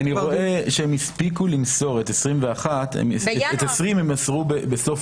--- כי אני רואה שאת 2020 הם מסרו בסוף